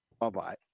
Bye-bye